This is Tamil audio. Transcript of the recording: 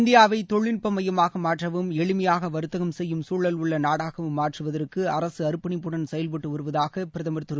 இந்தியாவைதொழில்நுட்பமையமாகமாற்றவும் எளிமையாகவர்த்தகம் செய்யும் சூழல் உள்ளநாடாகவும் மாற்றுவதற்குஅரசுஅர்ப்பணிப்புடன் செயல்பட்டுவருவதாகபிரதமர் திரு